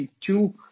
two